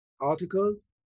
articles